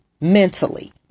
mentally